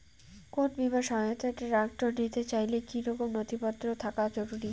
কোন বিমার সহায়তায় ট্রাক্টর নিতে চাইলে কী কী নথিপত্র থাকা জরুরি?